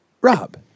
Rob